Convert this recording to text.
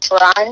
run